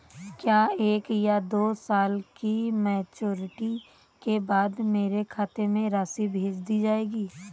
क्या एक या दो साल की मैच्योरिटी के बाद मेरे खाते में राशि भेज दी जाएगी?